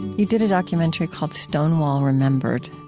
you did a documentary called stonewall remembered,